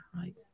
Right